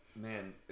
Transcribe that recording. man